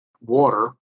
water